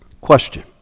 Question